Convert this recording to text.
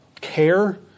care